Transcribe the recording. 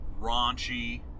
raunchy